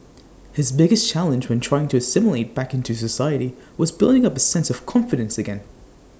his biggest challenge when trying to assimilate back into society was building up A sense of confidence again